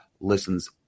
listens